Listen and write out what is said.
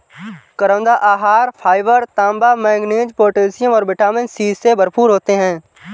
करौंदा आहार फाइबर, तांबा, मैंगनीज, पोटेशियम और विटामिन सी से भरपूर होते हैं